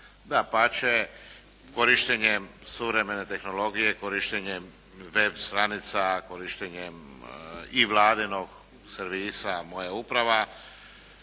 Dapače, korištenjem suvremene tehnologije, korištenjem web stranica, korištenjem i Vladinog servisa moja uprava